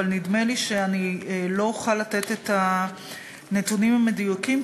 אבל נדמה לי שאני לא אוכל לתת את הנתונים המדויקים,